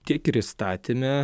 tiek ir įstatyme